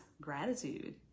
gratitude